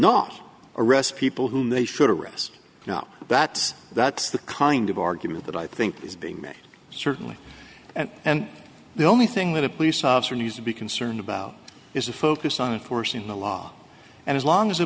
not arrest people whom they should arrest you know that that's the kind of argument that i think is being made certainly and the only thing that a police officer needs to be concerned about is a focus on a force in the law and as long as a